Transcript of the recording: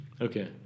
okay